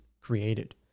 created